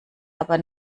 aber